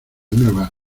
nuevas